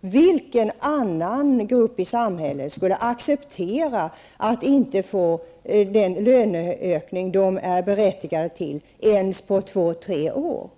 Vilken annan grupp i samhället skulle acceptera att inte få den löneökning de är berättigade till sedan två tre år?